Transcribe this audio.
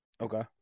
Okay